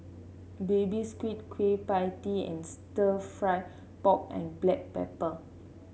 Baby Squid Kueh Pie Tee and stir fry pork and Black Pepper